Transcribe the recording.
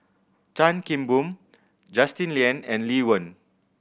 Chan Kim Boon Justin Lean and Lee Wen